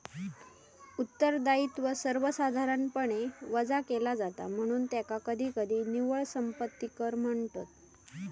उत्तरदायित्व सर्वसाधारणपणे वजा केला जाता, म्हणून त्याका कधीकधी निव्वळ संपत्ती कर म्हणतत